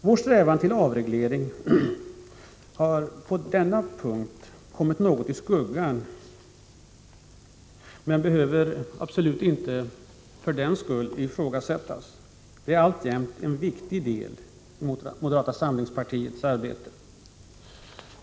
Vår strävan till avreglering har på denna punkt kommit något i skuggan, men den skall för den skull absolut inte ifrågasättas utan är alltjämt en viktig del i moderata samlingspartiets arbete.